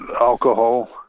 alcohol